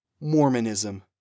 Mormonism